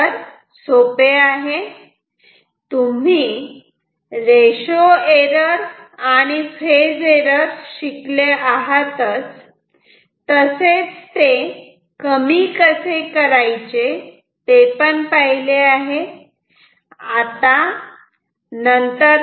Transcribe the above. उत्तर सोपे आहे तुम्ही रेशो एरर आणि फेज एरर शिकले आहात तसेच ते कमी कसे करायचे ते पण पाहिले आहे